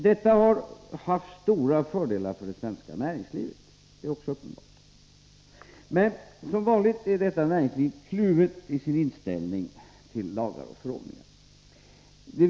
Detta har haft stora fördelar för det svenska näringslivet. Det är också uppenbart. Men som vanligt är detta näringsliv kluvet i sin inställning till lagar och förordningar.